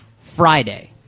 Friday